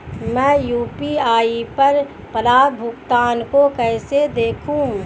मैं यू.पी.आई पर प्राप्त भुगतान को कैसे देखूं?